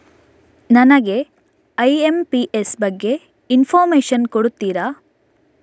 ನನಗೆ ಐ.ಎಂ.ಪಿ.ಎಸ್ ಬಗ್ಗೆ ಇನ್ಫೋರ್ಮೇಷನ್ ಕೊಡುತ್ತೀರಾ?